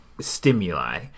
stimuli